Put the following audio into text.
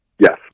Yes